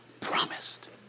promised